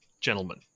gentlemen